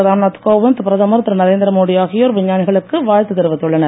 ராம்நாத் கோவிந்த் பிரதமர் திரு நரேந்திரமோடி ஆகியோர் விஞ்ஞானிகளுக்கு வாழ்த்து தெரிவித்துள்ளனர்